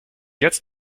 jetzt